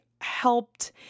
helped